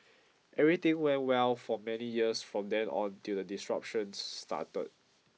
everything went well for many years from then on till the destruction started